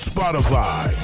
Spotify